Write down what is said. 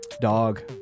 Dog